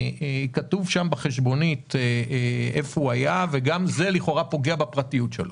כתוב בחשבון איפה הוא היה וגם זה לכאורה פוגע בפרטיות שלו.